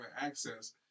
access